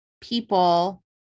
people